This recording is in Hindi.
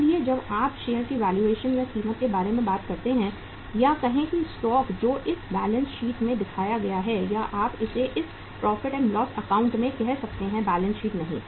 इसलिए जब आप शेयर की वैल्यूएशन या कीमत के बारे में बात करते हैं या कहें कि स्टॉक जो इस बैलेंस शीट में दिखाया गया है या आप इसे इस प्रॉफिट एंड लॉस अकाउंट में कह सकते हैं बैलेंस शीट नहीं